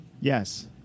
Yes